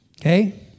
Okay